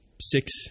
six